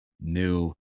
new